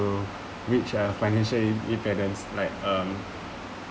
reach a financial independence like um